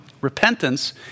Repentance